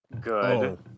Good